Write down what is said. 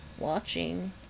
watching